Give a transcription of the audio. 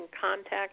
contact